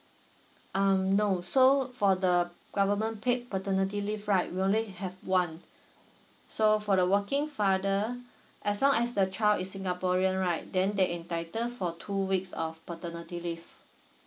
um no so for the government paid paternity leave right we only have one so for the working father as long as the child is singaporean right then they entitle for two weeks of paternity leave